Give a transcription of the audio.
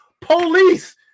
police